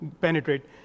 penetrate